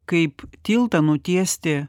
kaip tiltą nutiesti